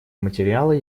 материала